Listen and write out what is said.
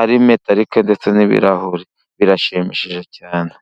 ari metarike ndetse n'ibirahure. Birashimishije cyane.